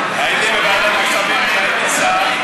הייתי בוועדת הכספים כשהייתי שר.